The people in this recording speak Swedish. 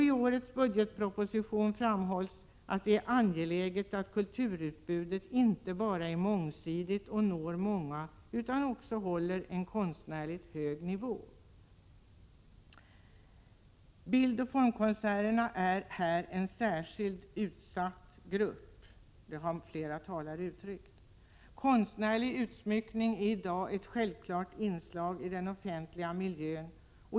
I årets budgetproposition framhålls att det är angeläget att kulturutbudet inte bara är mångsidigt och når många utan också att det håller en konstnärligt hög nivå. Bildoch formkonstnärerna är en särskilt utsatt grupp — det har flera talare här framhållit. Konstnärlig utsmyckning är i dag ett självklart inslag i den offentliga miljön.